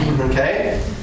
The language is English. Okay